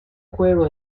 juego